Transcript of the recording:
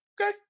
Okay